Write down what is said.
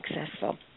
successful